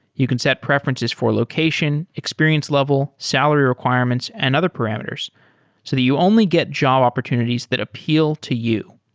you can set preferences for location, experience level, salary requirements and other parameters so that you only get job opportunities that appeal to you.